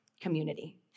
community